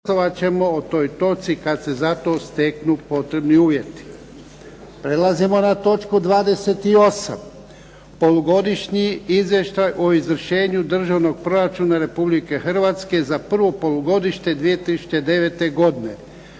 **Jarnjak, Ivan (HDZ)** Prelazimo na točku 28. - Polugodišnji izvještaj o izvršenju Državnog proračuna Republike Hrvatske za prvo polugodište 2009. godine